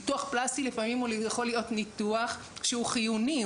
ניתוח פלסטי יכול להיות ניתוח שהוא חיוני,